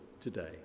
today